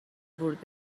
ورود